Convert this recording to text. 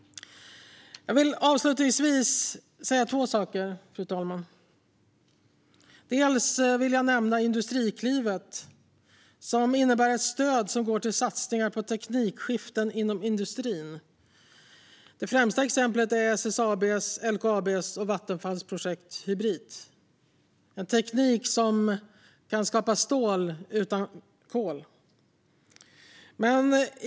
Fru talman! Avslutningsvis vill jag säga två saker. Jag vill nämna Industriklivet. Det är ett stöd som går till satsningar på teknikskiften inom industrin. Det främsta exemplet är SSAB:s, LKAB:s och Vattenfalls projekt Hybrit. Där jobbar man med att utveckla en teknik för att kunna skapa stål utan kol.